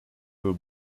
who